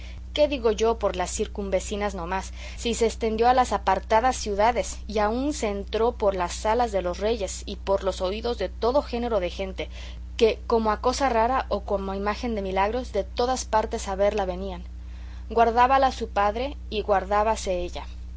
qué digo yo por las circunvecinas no más si se estendió a las apartadas ciudades y aun se entró por las salas de los reyes y por los oídos de todo género de gente que como a cosa rara o como a imagen de milagros de todas partes a verla venían guardábala su padre y guardábase ella